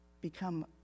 become